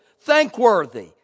thankworthy